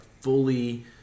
fully